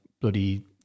bloody